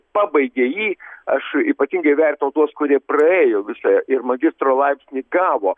pabaigė jį aš ypatingai vertinu tuos kurie praėjo visą ir magistro laipsnį gavo